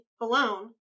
alone